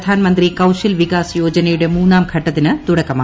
പ്രധാൻമന്ത്രി കൌശൽ വീകാസ് യോജനയുടെ മൂന്നാംഘട്ടത്തിന് തുടക്കമായി